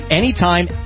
anytime